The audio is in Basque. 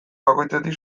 bakoitzetik